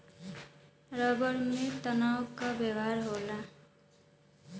rubber में तनाव क व्यवहार रहेला